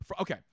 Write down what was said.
okay